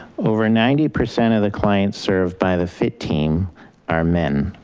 over ninety percent of the clients served by the fit team are men,